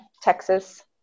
Texas